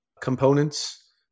components